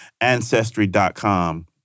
Ancestry.com